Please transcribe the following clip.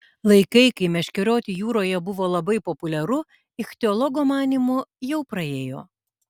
laikai kai meškerioti jūroje buvo labai populiaru ichtiologo manymu jau praėjo